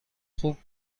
خوب